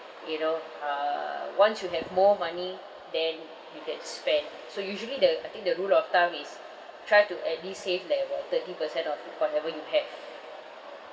you know uh once you have more money then you can spend so usually the I think the rule of thumb is try to at least save like uh thirty percent of whatever you have